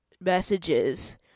messages